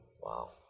Wow